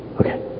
Okay